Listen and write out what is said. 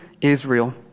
Israel